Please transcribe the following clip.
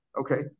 okay